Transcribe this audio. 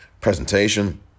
presentation